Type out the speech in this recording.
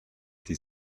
die